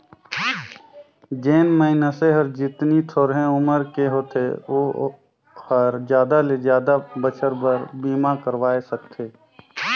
जेन मइनसे हर जेतनी थोरहें उमर के होथे ओ हर जादा ले जादा बच्छर बर बीमा करवाये सकथें